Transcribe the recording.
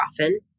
often